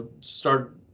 start